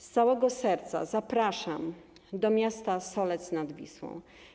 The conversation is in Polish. Z całego serca zapraszam do miasta Solec nad Wisłą.